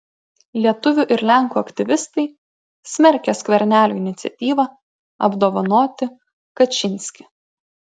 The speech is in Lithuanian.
lietuvių ir lenkų aktyvistai smerkia skvernelio iniciatyvą apdovanoti kačynskį